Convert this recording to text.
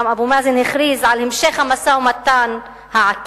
אבו מאזן גם הכריז על המשך המשא-ומתן העקיף,